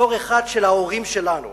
דור אחד של ההורים שלנו,